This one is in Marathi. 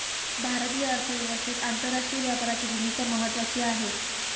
भारतीय अर्थव्यवस्थेत आंतरराष्ट्रीय व्यापाराची भूमिका महत्त्वाची आहे